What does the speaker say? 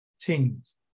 teams